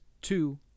two